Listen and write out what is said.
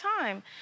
time